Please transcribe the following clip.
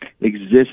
exists